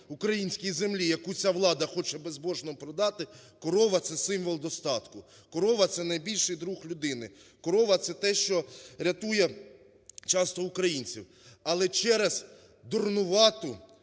українській землі, яку ця влада хоче безбожно продати, корова – це символ достатку, корова – це найбільший друг людини, корова – це те, що рятує часто українців. Але через дурнувату,